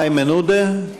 איימן עודה,